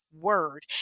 word